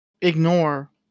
ignore